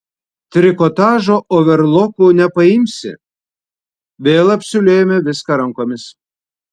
trikotažo overloku nepaimsi vėl apsiūlėjome viską rankomis